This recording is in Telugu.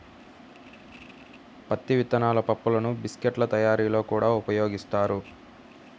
పత్తి విత్తనాల పప్పులను బిస్కెట్ల తయారీలో కూడా వినియోగిస్తారు